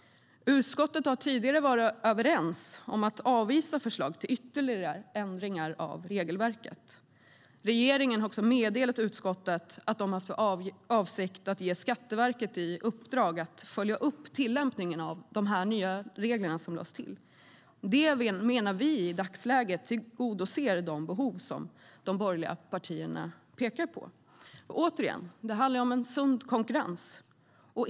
Utskottet har tidigare varit överens om att avvisa förslag till ytterligare ändringar av regelverket. Regeringen har också meddelat utskottet att de har haft för avsikt att ge Skatteverket i uppdrag att följa upp tillämpningen av de nya regler som lades till. I dagsläget menar vi att det tillgodoser de behov som de borgerliga partierna pekar på. Återigen handlar det om en sund konkurrens.